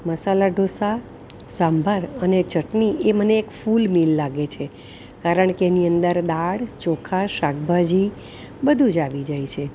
મસાલા ઢોસા સાંભાર અને ચટણી એ મને એક ફૂલ મિલ લાગે છે કારણ કે એની અંદર દાળ ચોખા શાકભાજી બધું જ આવી જાય છે